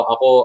Ako